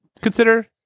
consider